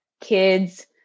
kids